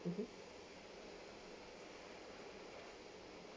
mmhmm